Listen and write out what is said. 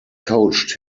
coached